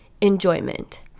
enjoyment